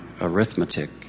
arithmetic